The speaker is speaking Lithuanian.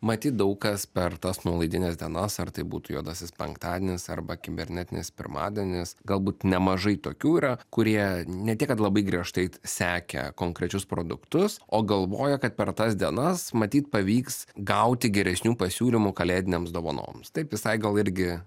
matyt daug kas per tas nuolaidines dienas ar tai būtų juodasis penktadienis arba kibernetinis pirmadienis galbūt nemažai tokių yra kurie ne tiek kad labai griežtai sekė konkrečius produktus o galvoja kad per tas dienas matyt pavyks gauti geresnių pasiūlymų kalėdinėms dovanoms taip visai gal irgi